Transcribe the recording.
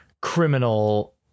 criminal